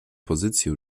pozycję